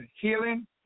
healing